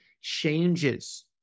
changes